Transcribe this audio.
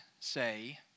say